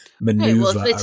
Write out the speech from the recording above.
maneuver